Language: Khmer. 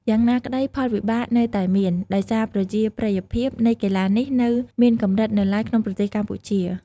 យ៉ាងណាក្ដីផលវិបាកនៅតែមាន ដោយសារប្រជាប្រិយភាពនៃកីឡានេះនៅមានកម្រិតនៅឡើយក្នុងប្រទេសកម្ពុជា។